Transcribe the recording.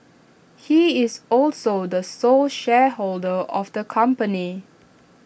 he is also the sole shareholder of the company